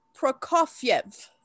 Prokofiev